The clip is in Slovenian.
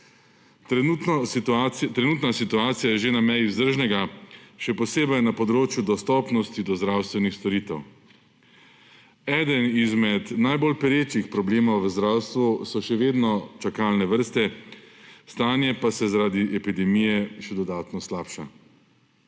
Trenutna situacija je že na meji vzdržnega, še posebej na področju dostopnosti do zdravstvenih storitev. Eden izmed najbolj perečih problemov v zdravstvu so še vedno čakalne vrste, stanje pa se zaradi epidemije še dodatno slabša.